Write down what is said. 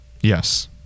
yes